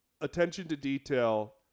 attention-to-detail